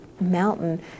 mountain